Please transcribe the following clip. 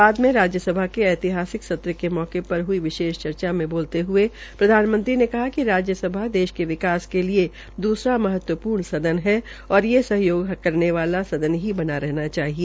बाद मे राज्यसभा के ऐतिहासिक सत्र के मौके पर हई चर्चा में बोलते हये प्रधानमंत्री ने कहा कि राज्यसभा देश के विकास के लिए दूसरा महत्वपूर्ण सदन है और ये सहयोग करने वाला सदन ही बना रहना चाहिए